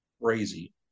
Crazy